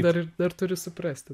dar ir dar turi suprasti